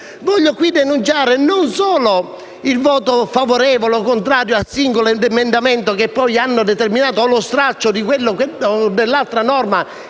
voglio solo denunciare il voto favorevole o contrario sul singolo emendamento - che poi ha determinato lo stralcio dell'altra norma,